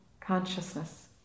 consciousness